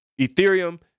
Ethereum